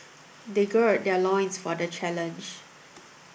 they gird their loins for the challenge